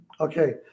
okay